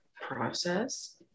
process